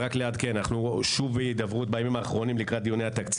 הסמכויות הובהרו לו בממשלה, לפי הבנתי.